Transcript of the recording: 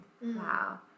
Wow